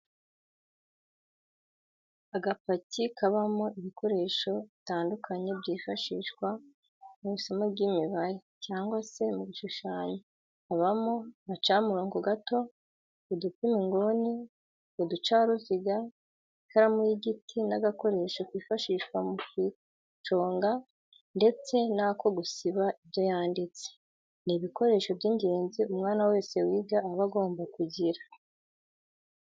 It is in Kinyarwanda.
Agapaki kabamo ibikoresho bitandukanye byifashishwa mu isomo ry'imibare cyangwa se mu gushushanya habamo agacamurongo gato, udupima inguni, uducaruziga, ikaramu y'igiti n'agakoresho kifashishwa mu kuyiconga ndetse n'ako gusiba ibyo yanditse, ni ibikoresho by'ingenzi umwana wese wiga aba agomba kugira.